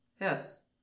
Yes